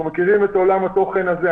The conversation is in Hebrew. אנחנו מכירים את עולם התוכן הזה,